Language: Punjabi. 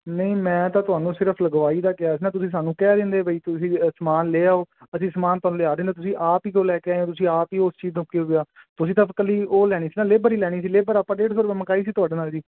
ਨਹੀਂ ਮੈਂ ਤਾਂ ਤੁਹਾਨੂੰ ਸਿਰਫ ਲਗਵਾਈ ਦਾ ਕਿਹਾ ਸੀ ਨਾ ਤੁਸੀਂ ਸਾਨੂੰ ਕਹਿ ਦਿੰਦੇ ਬਈ ਤੁਸੀਂ ਸਮਾਨ ਲੇ ਆਓ ਅਸੀਂ ਸਮਾਨ ਤੁਹਾਨੂੰ ਲਿਆ ਦਿੰਦਾ ਤੁਸੀਂ ਆਪ ਹੀ ਤੋਂ ਲੈ ਕੇ ਆਏ ਹੋ ਤੁਸੀਂ ਆਪ ਹੀ ਉਸ ਚੀਜ਼ ਤੋਂ ਕਿਉਂ ਗਿਆ ਤੁਸੀਂ ਤਾਂ ਇਕੱਲੀ ਉਹ ਲੈਣੀ ਸੀ ਨਾ ਲੇਬਰ ਹੀ ਲੈਣੀ ਸੀ ਲੇਬਰ ਆਪਾਂ ਡੇਢ ਸੋ ਰੁਪਏ ਮਕਾਈ ਸੀ ਤੁਹਾਡੇ ਨਾਲ ਜੀ